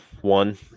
one